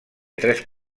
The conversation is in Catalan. tres